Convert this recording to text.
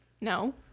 No